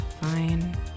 fine